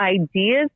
ideas